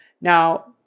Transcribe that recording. Now